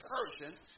Persians